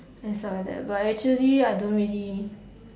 and stuff like that but actually I don't really